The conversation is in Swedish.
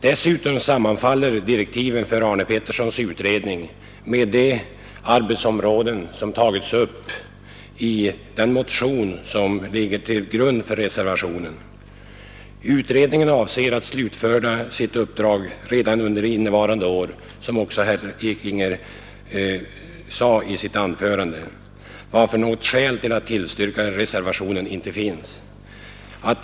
Dessutom sammanfaller direktiven för herr Arne Petterssons utredning med de arbetsområden som tagits upp i den motion som ligger till grund för reservationen. Utredningen avser att slutföra sitt uppdrag redan under innevarande år, som också herr Ekinge sade i sitt anförande, varför något skäl att tillstyrka reservationen inte finns.